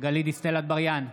גלית דיסטל אטבריאן,